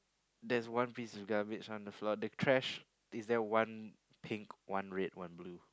there's one piece of garbage lying on the floor the trash is there one pink one red one blue